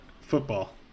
football